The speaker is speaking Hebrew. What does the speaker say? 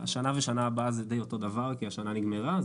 השנה ושנה הבאה זה די אותו דבר כי השנה נגמרה,